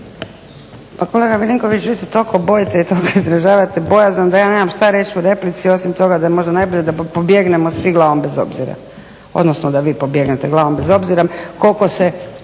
Pa kolega Milinković vi se toliko bojite i toliko izražavate bojazan da ja nema šta reći u replici osim toga da je najbolje da pobjegnemo svi glavom bez obzira, odnosno da vi pobjegnete glavom bez obzira koliko se